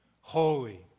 Holy